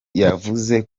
yavuze